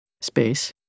space